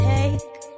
Take